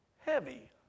heavy